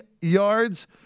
yards